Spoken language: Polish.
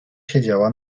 siedziała